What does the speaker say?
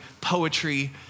poetry